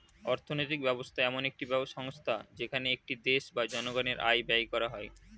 অর্থনৈতিক ব্যবস্থা এমন একটি সংস্থা যেখানে একটি দেশ বা জনগণের আয় ব্যয় করা হয়